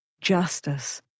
justice